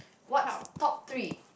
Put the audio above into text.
what's top three